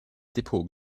depot